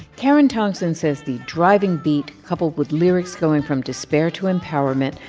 karen tongson says the driving beat, coupled with lyrics going from despair to empowerment,